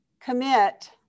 commit